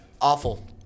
Awful